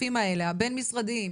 הכספים הבין משרדיים,